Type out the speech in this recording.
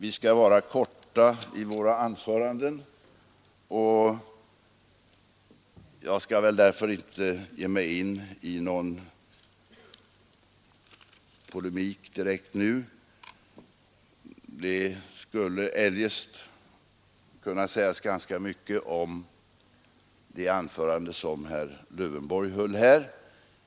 Vi skall ju vara kortfattade i våra anföranden, och jag skall därför inte nu ge mig in i någon direkt polemik. Eljest skulle mycket kunna sägas om det anförande som herr Lövenborg höll.